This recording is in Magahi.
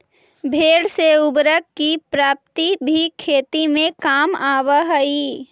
भेंड़ से उर्वरक की प्राप्ति भी खेती में काम आवअ हई